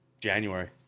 January